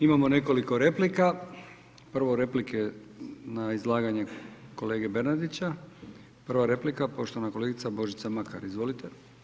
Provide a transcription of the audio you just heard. Imamo nekoliko replika, prvo replike na izlaganje kolege Bernardića, prva replika poštovana kolegica Božica Makar, izvolite.